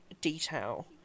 detail